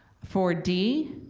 for d,